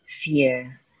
fear